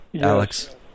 Alex